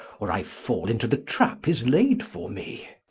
or i fall into the trap is laid for me